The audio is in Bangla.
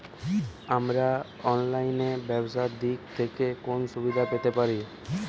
আমরা অনলাইনে ব্যবসার দিক থেকে কোন সুবিধা পেতে পারি?